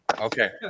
Okay